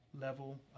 level